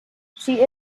she